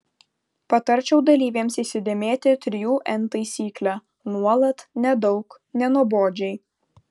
patarčiau dalyvėms įsidėmėti trijų n taisyklę nuolat nedaug nenuobodžiai